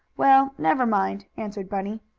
well, never mind, answered bunny.